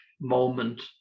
moment